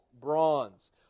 bronze